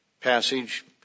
passage